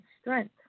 Strength